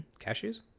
Cashews